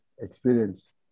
experience